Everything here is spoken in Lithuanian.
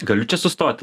galiu čia sustoti